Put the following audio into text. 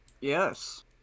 Yes